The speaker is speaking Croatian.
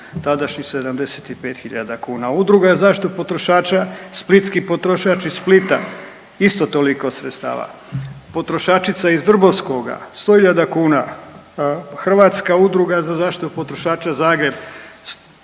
tadašnjih 75 hiljada kuna. Udruga za zaštitu potrošača Splitski potrošač iz Splita isto toliko sredstava. Potrošačica iz Vrbovskoga 100 hiljada kuna. Hrvatska udruga za zaštitu potrošača Zagreb